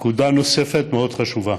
נקודה נוספת מאוד חשובה,